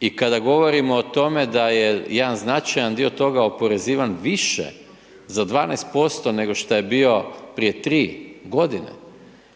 i kada govorimo o tome da je jedan značajan dio toga oporezivan više za 12% nego šta je bio prije tri godine,